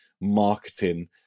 marketing